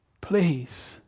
please